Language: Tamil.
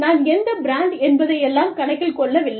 நான் எந்த பிராண்டு என்பதை எல்லாம் கணக்கில் கொள்ளவில்லை